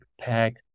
pack